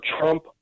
Trump